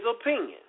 opinion